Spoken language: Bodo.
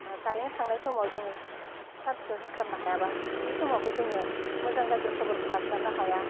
कारेन्ट थांनाय समाव जोङो चार्सखो होस्लाबनो हायाब्ला बैसमावबो जोङो मोजां गाज्रि खबरखौ लास्लाबनो हाया